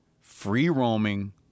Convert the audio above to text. free-roaming